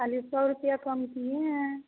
खाली सौ रुपया कम किए हैं